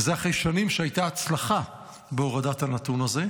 וזה אחרי שנים שהייתה הצלחה בהורדת הנתון הזה.